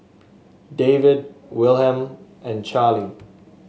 David Wilhelm and Charlie